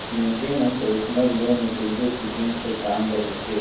मइनसे मन personal loan कइयो किसिम कर काम बर लेथें